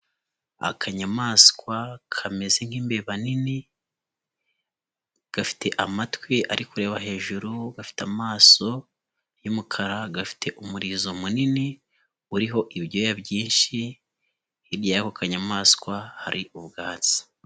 Akanyamaswa kameze nk'imbeba nini gafite amatwi ari kureba hejuru, gafite amaso y'umukara, gafite umurizo munini, uriho ibyoya byinshi, hirya y'ako kanyamaswa hari ubwatsi.